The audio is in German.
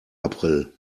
april